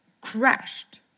crashed